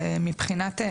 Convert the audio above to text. זה מבחינת,